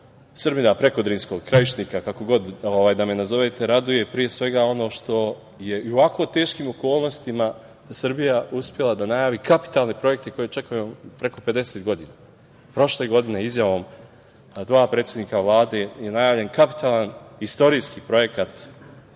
Srbina prekodrinskog Krajišnika, kako god da me nazovete raduje pre svega ono što je i u ovako teškim okolnostima Srbija uspela da najavi kapitalne projekte koje čekaju preko 50 godina. Prošle godine izjavom dva predsednika Vlade je najavljen kapitalan, istorijski projekat u